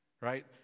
right